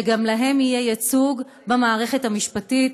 שגם להם יהיה ייצוג במערכת המשפטית.